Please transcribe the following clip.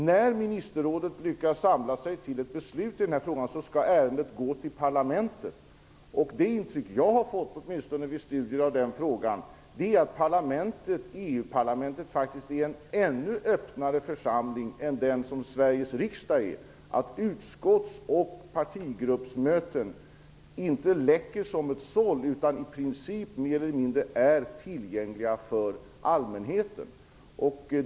När ministerrådet lyckas samla sig till ett beslut i denna fråga skall ärendet hänskjutas till parlamentet, och det intryck som åtminstone jag har fått vid studier av den frågan är att EU-parlamentet faktiskt är en ännu öppnare församling än Sveriges riksdag. Utskotts och partigruppsmöten läcker inte som såll utan är i princip mer eller mindre tillgängliga för allmänheten.